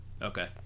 Okay